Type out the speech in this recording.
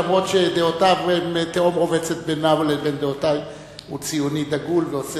אף שתהום רובצת בין דעותיו לבין דעותי הוא ציוני דגול ועושה